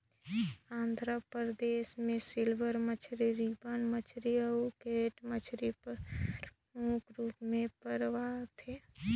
आंध्र परदेस में सिल्वर मछरी, रिबन मछरी अउ कैट मछरी परमुख रूप में पवाथे